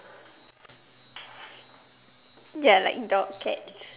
ya like dog cats